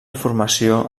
formació